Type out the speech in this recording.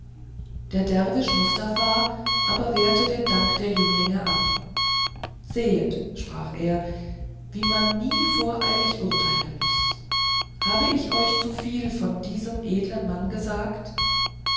der derwisch mustafa aber wehrte den dank der jünglinge ab sehet sprach er wie man nie voreilig urteilen muß habe ich euch zuviel von diesem edeln mann gesagt